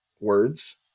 words